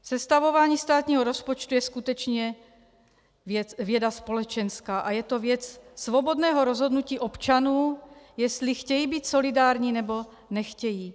Sestavování státního rozpočtu je skutečně věda společenská a je to věc svobodného rozhodnutí občanů, jestli chtějí být solidární, nebo nechtějí.